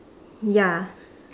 ya